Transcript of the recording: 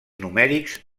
numèrics